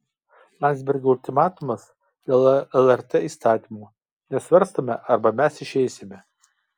landsbergio ultimatumas dėl lrt įstatymo nesvarstome arba mes išeisime